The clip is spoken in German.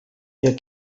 der